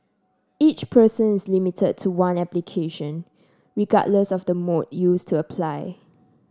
each person is limited to one application regardless of the mode used to apply